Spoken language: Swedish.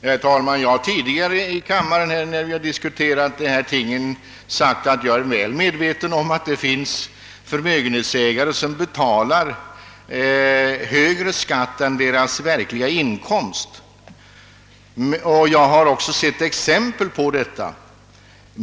Herr talman! Jag har tidigare här i kammaren, när vi diskuterar (dessa ting, framhållit att jag är väl medveten om att det finns förmögenhetsägare som betalar högre skatt än vederbörandes verkliga inkomst. Jag har också sett exempel på detta.